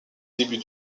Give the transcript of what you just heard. début